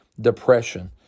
Depression